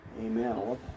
Amen